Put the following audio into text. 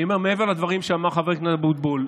מעבר לדברים שאמר חבר הכנסת אבוטבול,